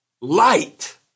light